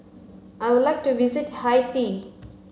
I would like to visit Haiti